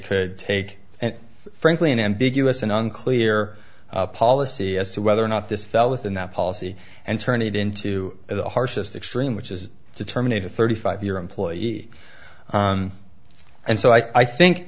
could take and frankly an ambiguous and unclear policy as to whether or not this fell within that policy and turn it into the harshest extreme which is to terminate a thirty five year employee and so i think